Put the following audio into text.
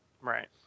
Right